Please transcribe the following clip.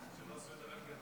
שמת לי ארבע דקות?